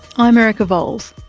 i'm erica vowles.